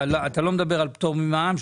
אתה לא מדבר על פטור ממע"מ,